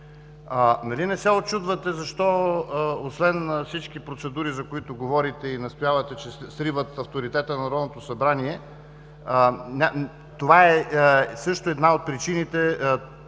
Нали не се учудвате защо освен всички процедури, за които говорите и настоявате, че сриват авторитета на Народното събрание, това също е една от причините